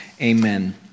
amen